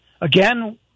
Again